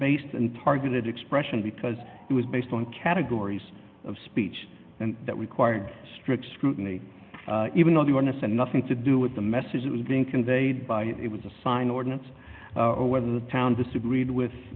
based and targeted expression because it was based on categories of speech and that required strict scrutiny even though the onus and nothing to do with the message that was being conveyed by it was a sign ordinance or whether the town disagreed with